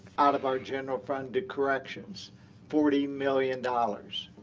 out of our general fund, to corrections forty million dollars.